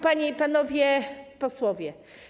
Panie i Panowie Posłowie!